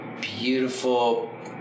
beautiful